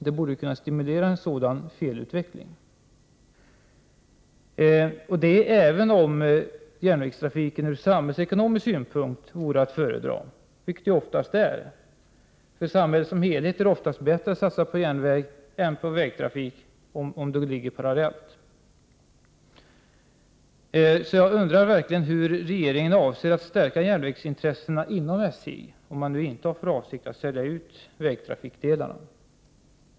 Det skulle kunna stimulera en sådan felutveckling, även om järnvägstrafiken ur samhällsekonomisk synpunkt vore att föredra, vilket den oftast är. För samhället som helhet är det oftast bättre att satsa på järnvägstrafik än på vägtrafik om de ligger parallellt. Jag undrar hur regeringen avser att stärka järnvägsintressena inom SJ, om man nu inte har för avsikt att sälja ut vägtrafikdelarna.